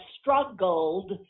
struggled